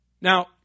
Now